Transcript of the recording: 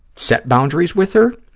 set boundaries with her.